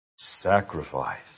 sacrifice